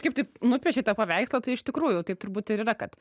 kaip taip nupiešei tą paveikslą tai iš tikrųjų taip turbūt ir yra kad